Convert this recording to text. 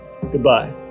Goodbye